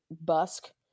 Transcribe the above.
busk